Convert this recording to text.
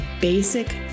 basic